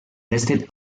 listed